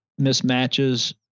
mismatches